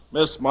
Miss